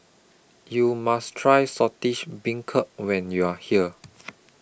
YOU must Try Saltish Beancurd when YOU Are here